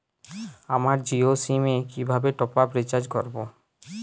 আমার জিও সিম এ কিভাবে টপ আপ রিচার্জ করবো?